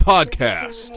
Podcast